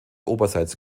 oberseits